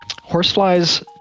Horseflies